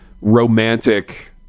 romantic